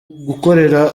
gukorera